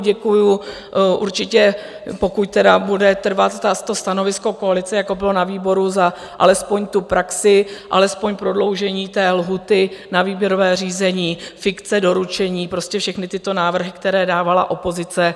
Děkuju určitě, pokud tedy bude trvat stanovisko koalice, jako bylo na výboru, za alespoň tu praxi, alespoň prodloužení té lhůty na výběrové řízení, fikce doručení, prostě všechny tyto návrhy, které dávala opozice.